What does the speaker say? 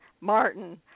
Martin